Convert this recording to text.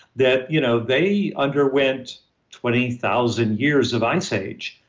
that you know they underwent twenty thousand years of ice age.